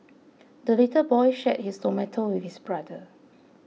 the little boy shared his tomato with his brother